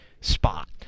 spot